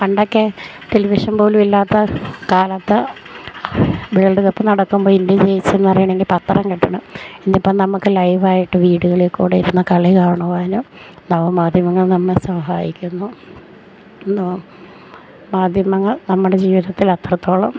പണ്ടെക്കെ ടെലിവിഷന് പോലും ഇല്ലാത്ത കാലത്ത് വേൾഡ് കപ്പ് നടക്കുമ്പോൾ ഇന്ത്യ ജയിച്ചെന്നറിയണമെങ്കിൽ പത്രം കിട്ടണം ഇന്നിപ്പം നമുക്ക് ലൈവായിട്ട് വീടുകളിൽക്കൂടെ ഇരുന്ന് കളി കാണുവാനും നവമാധ്യമങ്ങൾ നമ്മെ സഹായിക്കുന്നു ഇന്നു മാധ്യമങ്ങൾ നമ്മുടെ ജീവിതത്തിൽ അത്രത്തോളം